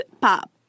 Pop